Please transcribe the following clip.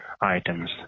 items